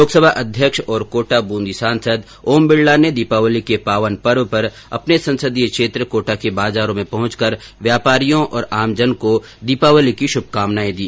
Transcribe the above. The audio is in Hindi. लोकसमा अध्यक्ष और कोटा बूंदी सांसद ओम बिडला ने दीपावली के पावन पर्व पर अपने संसदीय क्षेत्र कोटा के बाजारो में पहुँचकर व्यापारियों और आमजन को दीपावली की शुभकामनाएं दी